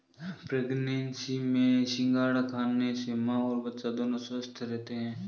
pregnancy में सिंघाड़ा खाने से मां और बच्चा दोनों स्वस्थ रहते है